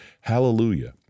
Hallelujah